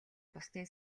бусдын